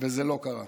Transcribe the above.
וזה לא קרה.